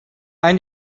ein